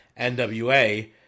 NWA